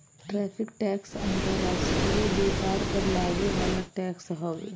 tariff tax अंतर्राष्ट्रीय व्यापार पर लागे वाला टैक्स हवे